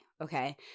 okay